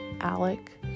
Alec